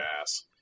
ass